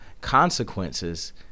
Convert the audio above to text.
consequences